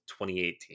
2018